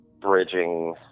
bridging